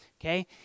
Okay